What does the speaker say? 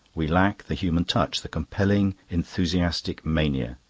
we lack the human touch, the compelling enthusiastic mania.